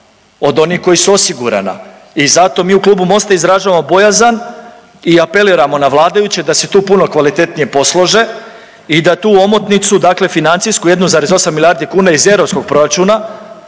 od onih koji su osigurana. I zato mi u klubu Mosta izražavamo bojazan i apeliramo na vladajuće da se tu puno kvalitetnije poslože i da tu omotnicu dakle financijsku 1,8 milijardi kuna iz europskog proračuna